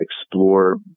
explore